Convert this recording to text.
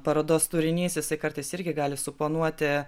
parodos turinys jisai kartais irgi gali suponuoti